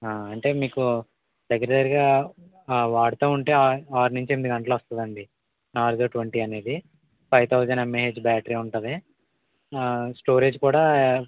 ఆ అంటే మీకు దగ్గర దగ్గరగా ఆ వాడుతు ఉంటే ఆరు నుంచి ఎనిమిది గంటలు వస్తుందండి నారిజో ట్వంటీ అనేది ఫైవ్ థౌసండ్ ఎమ్ఏహెచ్ బ్యాటరీ ఉంటుంది ఆ స్టోరేజ్ కూడా